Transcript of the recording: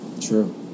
True